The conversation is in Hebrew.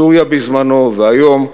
סוריה בזמנו, והיום,